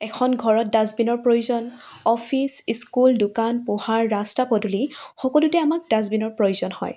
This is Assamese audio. এখন ঘৰত ডাষ্টবিনৰ প্ৰয়োজন অফিচ স্কুল দোকান পোহৰ ৰাস্তা পদূলি সকলোতে আমাক ডাষ্টবিনৰ প্ৰয়োজন হয়